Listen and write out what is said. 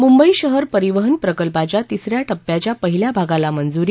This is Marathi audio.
मुंबई शहर परिवहन प्रकल्पाच्या तिसऱ्या टप्प्याच्या पहिल्या भागाला मंजुरी